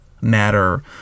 matter